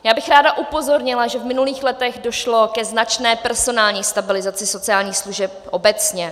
Já bych ráda upozornila, že v minulých letech došlo ke značné personální stabilizaci sociálních služeb obecně.